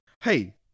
Hey